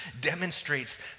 demonstrates